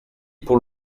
pour